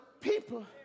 people